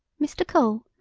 mr. cole,